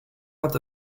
out